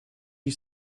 you